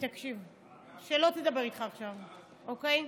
תקשיב, שלא תדבר איתך עכשיו, אוקיי?